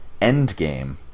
Endgame